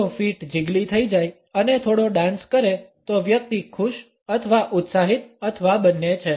જો feet jiggly થઈ જાય અને થોડો ડાન્સ કરે તો વ્યક્તિ ખુશ અથવા ઉત્સાહિત અથવા બંને છે